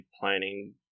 planning